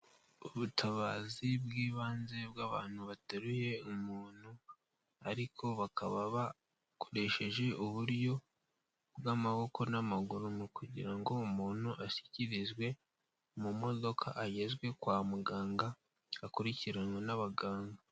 Ubutabazi bw'ibanze bw'abantu bateruye umuntu ariko bakaba bakoresheje uburyo bw'amaboko n'amaguru mu kugira ngo umuntu ashyikirizwe mu modoka, agezwe kwa muganga akurikiranwe n'abaganga.